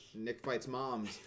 NickFightsMoms